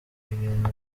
ibintu